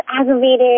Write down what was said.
aggravated